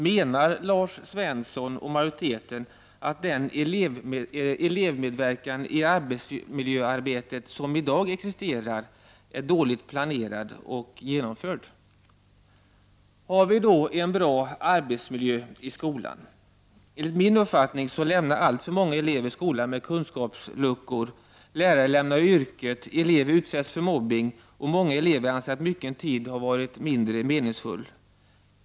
Menar Lars Svensson och majoriteten att den elevmedverkan i arbetsmiljöarbetet som i dag existerar är dåligt planerad och genomförd? Har vi då en bra arbetsmiljö i skolan? Enligt min uppfattning lämnar allt för många elever skolan med kunskapsluckor, lärare lämnar yrket, elever utsätts för mobbning och många elever anser att mycken tid har varit mindre meningsfull.